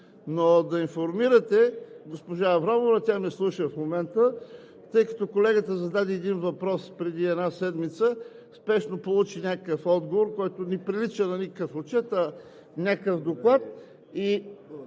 но да информирате госпожа Аврамова – тя ме слуша в момента, тъй като колегата зададе един въпрос преди една седмица и спешно получи някакъв отговор, който не прилича на никакъв отчет, а някакъв доклад.